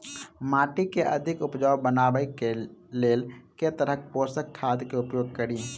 माटि केँ अधिक उपजाउ बनाबय केँ लेल केँ तरहक पोसक खाद केँ उपयोग करि?